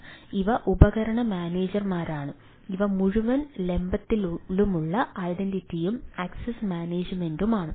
അതിനാൽ ഇവ ഉപകരണ മാനേജർമാരാണ് ഇവ മുഴുവൻ ലംബത്തിലുമുള്ള ഐഡന്റിറ്റിയും ആക്സസ് മാനേജുമെന്റുമാണ്